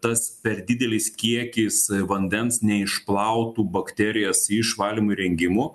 tas per didelis kiekis vandens neišplautų bakterijas iš valymo įrengimų